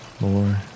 more